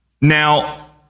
Now